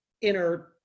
inner